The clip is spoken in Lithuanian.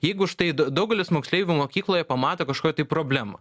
jeigu štai daugelis moksleivių mokykloje pamato kažkokią tai problemą